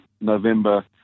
November